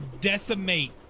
decimate